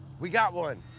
we got one.